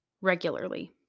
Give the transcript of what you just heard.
regularly